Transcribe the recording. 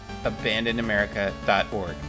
abandonedamerica.org